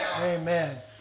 Amen